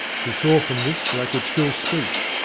he saw from this that i could still speak.